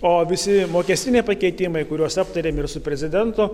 o visi mokestiniai pakeitimai kuriuos aptarėm ir su prezidentu